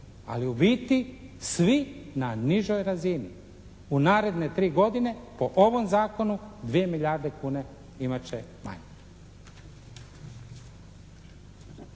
Ali u biti svi na nižoj razini. U naredne 3 godine po ovom zakonu dvije milijarde kuna imat će manje.